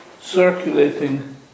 circulating